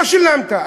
לא שילמת.